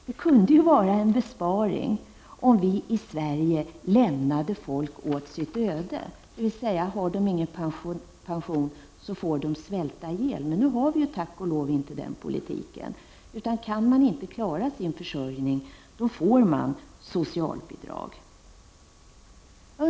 Det kunde vara en besparing om vi i Sverige lämnade dessa personer åt sitt öde, dvs. har de ingen pension får de svälta ihjäl. Men nu har vi tack och lov inte den politiken. Kan man inte klara sin försörjning, får man socialbidrag.